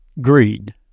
greed